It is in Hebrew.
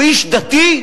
הוא איש דתי.